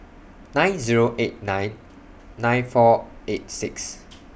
nine Zero eight nine nine four eight six